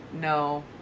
No